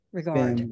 regard